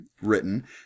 written